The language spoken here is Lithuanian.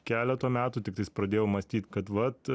keleto metų tiktais pradėjau mąstyt kad vat